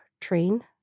train